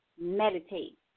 meditate